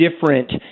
different